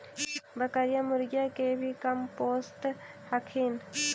बकरीया, मुर्गीया के भी कमपोसत हखिन?